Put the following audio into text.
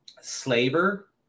slaver